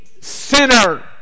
sinner